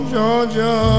Georgia